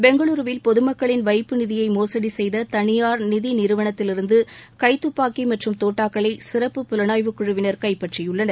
பெங்களூருவில் பொதுமக்களின் வைப்புநிதியை மோசடி செய்த தனியார் நிதி நிறுவனத்திலிருந்து கைத்துப்பாக்கி மற்றும் தோட்டாக்களை சிறப்புப் புலனாய்வுக் குழுவினர் கைப்பற்றியுள்ளனர்